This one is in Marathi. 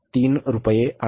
हे प्रति टन 3 रुपये आहे